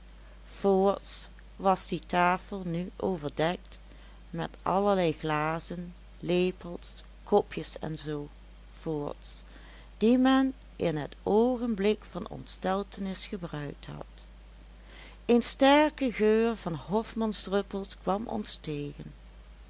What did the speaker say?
voorts was die tafel nu overdekt met allerlei glazen lepels kopjes en zoo voorts die men in het oogenblik van ontsteltenis gebruikt had een sterke geur van hofmansdruppels kwam